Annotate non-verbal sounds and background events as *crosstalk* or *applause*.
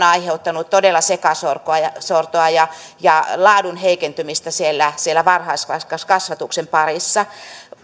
*unintelligible* aiheuttanut todella sekasortoa ja ja laadun heikentymistä siellä siellä varhaiskasvatuksen parissa